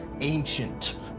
ancient